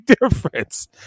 difference